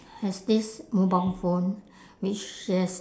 has this mobile phone which she has